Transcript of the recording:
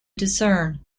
discern